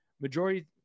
Majority